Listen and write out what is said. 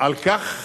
על כך